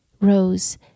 rose